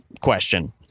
question